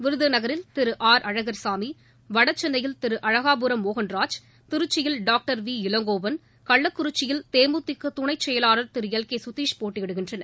விருதுநகரில் திரு ஆர் அழகர்சாமி வடசென்னையில் திரு அழகாபுரம் மோகன்ராஜ் திருச்சியில் டாக்டர் வி இளங்கோவன் கள்ளக்குறிச்சியில் தேமுதிக துணை செயவாளர் திரு எல் கே சுதீஷ் போட்டியிடுகின்றனர்